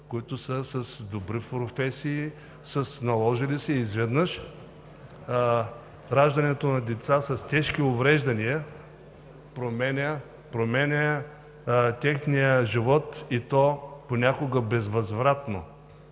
които са с добри професии, наложили се и изведнъж раждането на деца с тежки увреждания променя техния живот, понякога безвъзвратно.